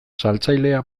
saltzailea